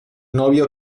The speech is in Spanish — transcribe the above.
novio